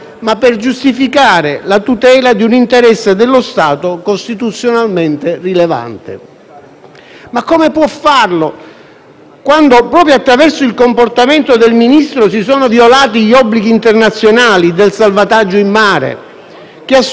Come può farlo, quando, proprio attraverso il comportamento del Ministro, si sono violati gli obblighi internazionali del salvataggio in mare, che assumono un rango gerarchico superiore rispetto alla disciplina interna, proprio ai sensi degli articoli 2,